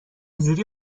جوری